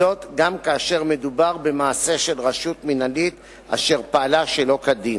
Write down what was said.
וזאת גם כאשר מדובר במעשה של רשות מינהלית אשר פעלה שלא כדין.